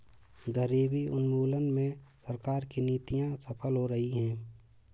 गरीबी उन्मूलन में सरकार की नीतियां सफल हो रही हैं